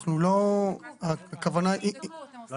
זה לא